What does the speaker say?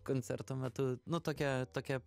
koncerto metu nu tokia tokia